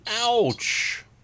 Ouch